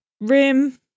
Rim